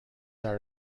are